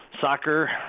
soccer